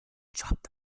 jobbt